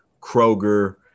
kroger